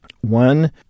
One